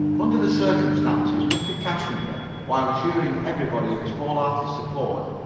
under the circumstances, mr. cashmere, while assuring everybody of his whole-hearted support,